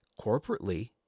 corporately